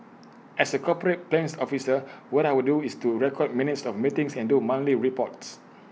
as A corporate plans officer what I would do is to record minutes of meetings and do monthly reports